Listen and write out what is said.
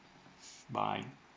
bye